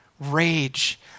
rage